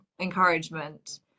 encouragement